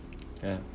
ya